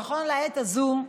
נכון לעת הזאת,